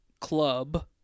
club